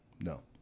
No